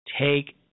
take